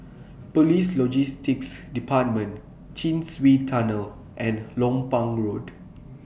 Police Logistics department Chin Swee Tunnel and Lompang Road